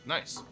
Nice